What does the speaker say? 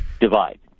divide